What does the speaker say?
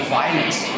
violence